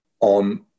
on